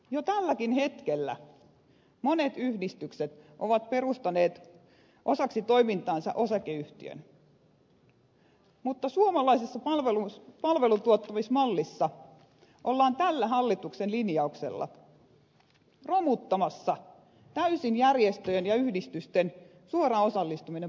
jo tälläkin hetkellä monet yhdistykset ovat perustaneet osaksi toimintaansa osakeyhtiön mutta suomalaisessa palveluntuottamismallissa ollaan tällä hallituksen linjauksella romuttamassa täysin järjestöjen ja yhdistysten suora osallistuminen palvelutuotantoon